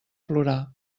plorar